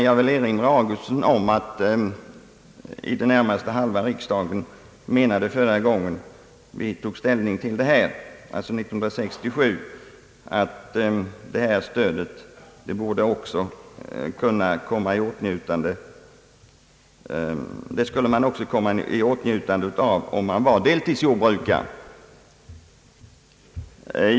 Jag vill dock erinra herr Augustsson om att i det närmaste halva riksdagen år 1967, när vi förra gången tog ställning till detta, ansåg att man borde komma i åtnjutande av kreditstöd också om man var deltidsjordbrukare.